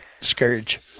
scourge